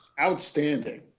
outstanding